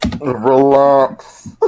Relax